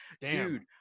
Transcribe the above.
dude